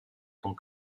tant